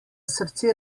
srce